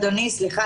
אדוני, סליחה.